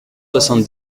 soixante